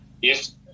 Yes